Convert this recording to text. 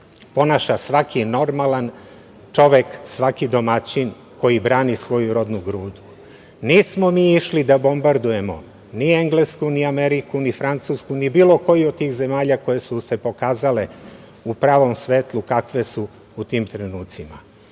ponaša svaki normalan čovek, svaki domaćin koji brani svoju rodnu grudu. Nismo mi išli da bombardujemo ni Englesku, ni Ameriku, ni Francusku, ni bilo koju od tih zemalja koje su se pokazale u pravom svetlu kakve su u tim trenucima.